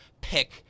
pick